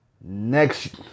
Next